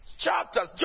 Chapters